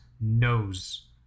knows